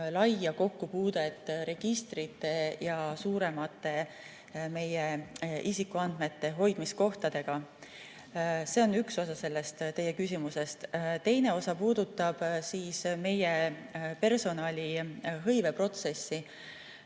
laia kokkupuudet registrite ja suuremate meie isikuandmete hoidmiskohtadega. See on üks osa teie küsimusest. Teine osa puudutab meie personalihõive protsessi.